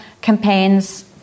campaigns